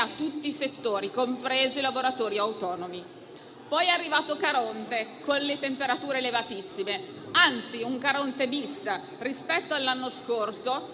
tutti i settori, compresi i lavoratori autonomi. Poi è arrivato Caronte con le temperature elevatissime, anzi, un Caronte-*bis* rispetto all'anno scorso,